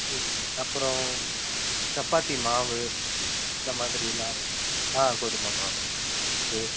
ம் அப்புறோம் சப்பாத்தி மாவு இந்த மாதிரியெலாம் வேணும் ஆ கோதுமை மாவு அது